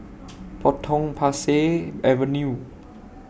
Potong Pasir Avenue